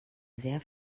sehr